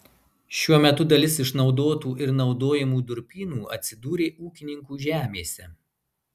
šiuo metu dalis išnaudotų ir naudojamų durpynų atsidūrė ūkininkų žemėse